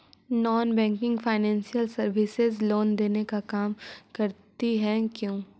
Non banking financial services loan देने का काम करती है क्यू?